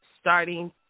starting